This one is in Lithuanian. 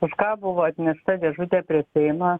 už ką buvo atnešta dėžutė prie seimo